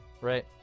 right